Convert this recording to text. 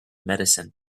medicine